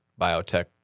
biotech